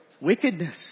wickedness